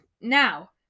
Now